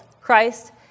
Christ